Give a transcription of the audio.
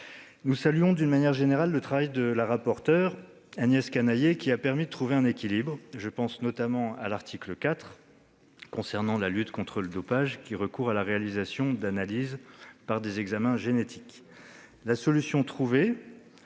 Nous saluons, d'une manière générale, le travail de la rapporteure Agnès Canayer, qui a permis de trouver un équilibre. Je pense notamment à l'article 4 relatif à la lutte contre le dopage qui prévoit la réalisation d'analyses par des examens génétiques. La solution trouvée,